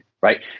Right